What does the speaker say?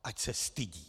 Ať se stydí!